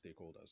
stakeholders